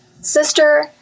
sister